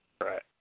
right